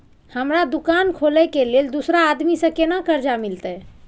हमरा दुकान खोले के लेल दूसरा आदमी से केना कर्जा मिलते?